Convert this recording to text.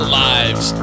lives